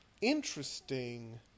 Interesting